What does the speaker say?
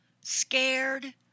scared